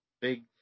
big